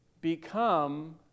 become